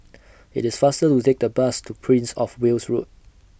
IT IS faster to Take The Bus to Prince of Wales Road